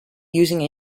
using